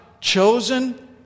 chosen